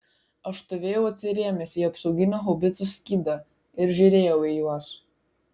aš stovėjau atsirėmęs į apsauginį haubicos skydą ir žiūrėjau į juos